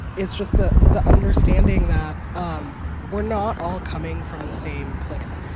it's just the the understanding that um we're not all coming from the same place.